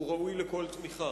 הוא ראוי לכל תמיכה.